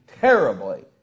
terribly